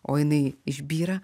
o jinai išbyra